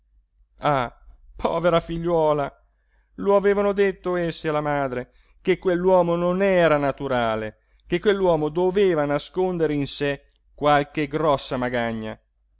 povera figliuola lo avevano detto esse alla madre che quell'uomo non era naturale che quell'uomo doveva nascondere in sé qualche grossa magagna